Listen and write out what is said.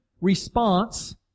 response